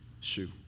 shoe